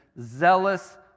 zealous